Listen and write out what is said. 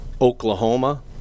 Oklahoma